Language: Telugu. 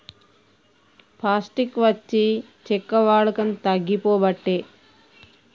పాస్టిక్ వచ్చి చెక్క వాడకం తగ్గిపోబట్టే